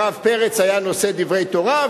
הרב פרץ היה נושא דברי תורה,